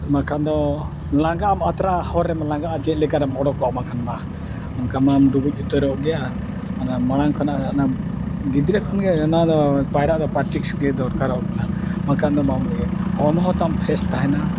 ᱵᱟᱠᱷᱟᱱ ᱫᱚ ᱞᱟᱸᱜᱟᱜ ᱟᱢ ᱟᱛᱨᱟ ᱦᱚᱨ ᱨᱮᱢ ᱞᱟᱸᱜᱟᱜᱼᱟ ᱪᱮᱫ ᱞᱮᱠᱟ ᱨᱮᱢ ᱚᱰᱚᱠᱚᱜᱼᱟ ᱵᱟᱠᱷᱟᱱ ᱢᱟ ᱚᱱᱠᱟ ᱢᱟᱢ ᱰᱩᱵᱩᱡ ᱩᱛᱟᱹᱨᱚᱜ ᱜᱮᱭᱟ ᱚᱱᱟ ᱢᱟᱲᱟᱝ ᱠᱷᱚᱱᱟᱜ ᱚᱱᱟ ᱜᱤᱫᱽᱨᱟᱹ ᱠᱷᱚᱱ ᱜᱮ ᱚᱱᱟ ᱫᱚ ᱯᱟᱭᱨᱟᱜ ᱫᱚ ᱯᱨᱮᱠᱴᱤᱥ ᱜᱮ ᱫᱚᱨᱠᱟᱨᱚᱜ ᱠᱟᱱᱟ ᱵᱟᱠᱷᱟᱱ ᱫᱚ ᱵᱟᱢ ᱤᱭᱟᱹᱭᱟ ᱦᱚᱲᱢᱚ ᱦᱚᱸ ᱛᱟᱢ ᱯᱷᱨᱮᱥ ᱛᱟᱦᱮᱱᱟ